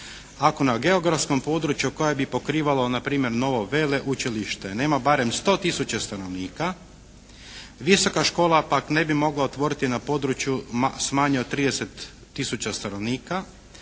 ako na geografskom području koje bi pokrivalo na primjer novo veleučilište nema barem 100 tisuća stanovnika. Visoka škola pak ne bi mogla otvoriti na području s manje od 30 tisuća stanovnika